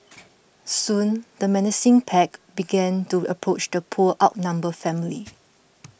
soon the menacing pack began to approach the poor outnumbered family